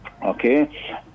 Okay